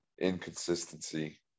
inconsistency